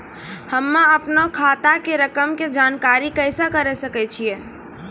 हम्मे अपनो खाता के रकम के जानकारी कैसे करे सकय छियै?